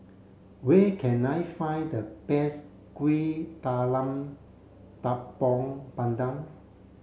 where can I find the best Kuih Talam Tepong Pandan